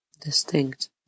Distinct